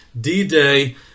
D-Day